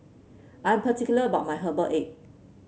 I am particular about my Herbal Egg